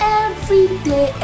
everyday